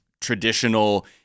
traditional